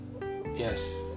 Yes